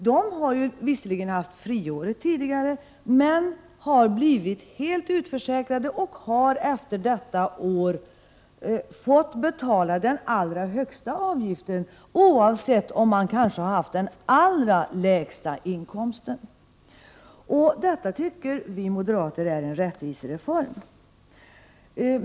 De har ju visserligen haft friåret tidigare, men sedan har de blivit helt utförsäkrade och har efter detta år fått betala den allra högsta avgiften oavsett om de kanske haft den allra lägsta inkomsten. Det här tycker vi moderater är en rättvis reform.